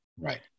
Right